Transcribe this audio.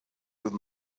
with